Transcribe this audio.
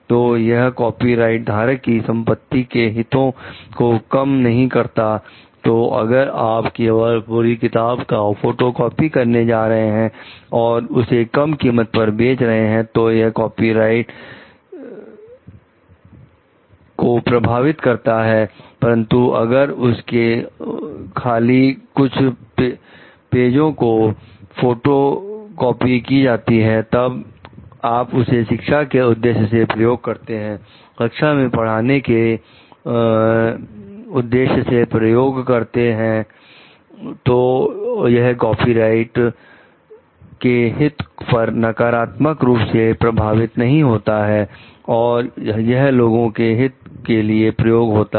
तो यह कॉपीराइट धारक की संपत्ति के हितों को कम नहीं करता है तो अगर आप केवल पूरी किताब का फोटो कॉपी करने जा रहे हैं और उसे कम कीमत पर बेच रहे हैं तो यह कॉपीराइट भारत के पिता को प्रभावित करता है परंतु अगर उसके खाली कुछ भेजो की फोटो कॉपी की जाती है और तब आप उसे शिक्षा के उद्देश्य से प्रयोग करते हैं कक्षा में पढ़ाने के उद्देश्य से प्रयोग करते हैं तो यह कॉपीराइट भारत के हित पर नकारात्मक रूप से प्रभावित नहीं करता है और यह लोगों के हित के लिए प्रयोग होता है